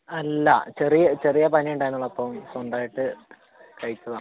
അല്ല ചെറിയ ചെറിയ പനി ഉണ്ടായിരുന്നുള്ളൂ അപ്പം സ്വന്തമായിട്ട് കഴിച്ചതാണ്